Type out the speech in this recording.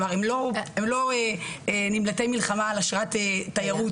כלומר, הם לא נמלטי מלחמה על אשרת תייר.